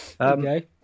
Okay